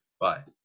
bye